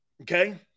Okay